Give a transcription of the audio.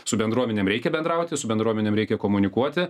su bendruomenėm reikia bendrauti su bendruomenėm reikia komunikuoti